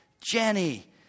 Jenny